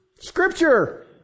Scripture